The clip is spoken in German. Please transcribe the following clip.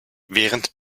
während